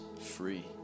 free